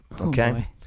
Okay